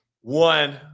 one